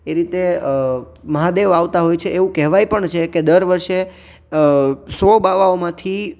એ રીતે આ મહાદેવ આવતા હોય છે એવું કહેવાય પણ છે કે દર વર્ષે સો બાવાઓમાંથી